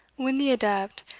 when the adept,